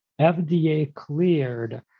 FDA-cleared